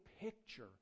picture